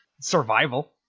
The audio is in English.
survival